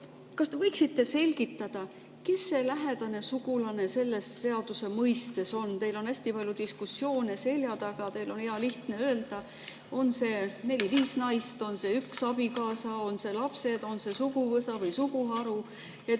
Kas te võiksite selgitada, kes see lähedane sugulane selle seaduse mõistes on? Teil on hästi palju diskussioone selja taga, teil on hea lihtne öelda – on see neli, viis naist, on see üks abikaasa, on need lapsed, on see suguvõsa või suguharu? Palun